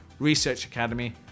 researchacademy